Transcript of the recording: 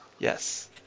Yes